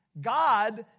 God